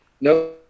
No